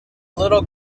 little